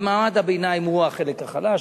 ומעמד הביניים הוא החלק החלש,